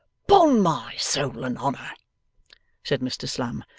pon my soul and honour said mr slum,